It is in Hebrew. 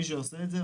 מי שעושה את זה,